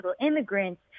immigrants